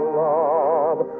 love